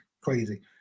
crazy